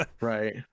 Right